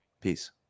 peace